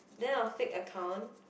then our fake account